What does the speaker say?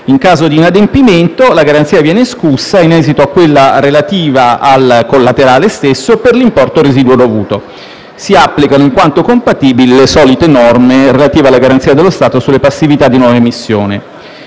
In caso di inadempimento, la garanzia viene escussa in esito a quella relativa al collaterale stesso per l'importo residuo dovuto. Si applicano, in quanto compatibili, le solite norme relative alla garanzia dello Stato sulle passività di nuova emissione.